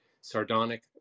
sardonic